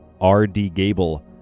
rdgable